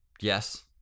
Yes